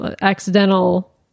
accidental